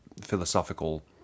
philosophical